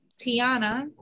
Tiana